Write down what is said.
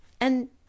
And